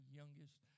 youngest